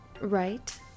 right